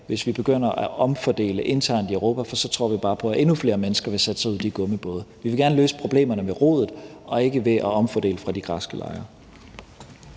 hvis vi begynder at omfordele internt i Europa, for så tror vi bare på, at endnu flere mennesker vil sætte sig ud i de gummibåde. Vi vil gerne løse problemerne ved roden og ikke ved at omfordele fra de græske lejre.